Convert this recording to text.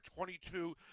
22